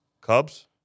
Cubs